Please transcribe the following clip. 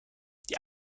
die